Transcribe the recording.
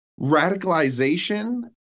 radicalization